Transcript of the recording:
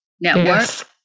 network